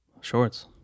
Shorts